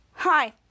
Hi